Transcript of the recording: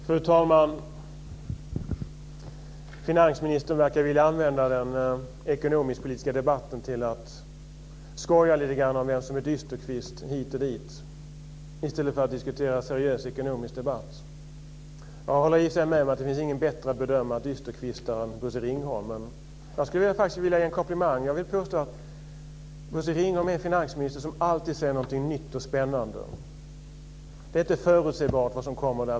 Fru talman! Finansministern verkar vilja använda den ekonomiskpolitiska debatten till att skoja lite grann om vem som är dysterkvist hit och dit i stället för att seriöst diskutera i en ekonomisk debatt. Jag håller i och för sig med om att det inte finns någon bättre bedömare av dysterkvistar än Bosse Ringholm. Jag skulle faktiskt vilja ge en komplimang. Jag vill påstå att Bosse Ringholm är en finansminister som alltid säger något nytt och spännande. Det är inte förutsägbart vad som kommer.